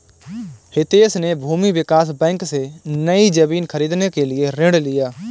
हितेश ने भूमि विकास बैंक से, नई जमीन खरीदने के लिए ऋण लिया